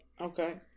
Okay